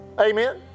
Amen